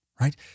right